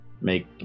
make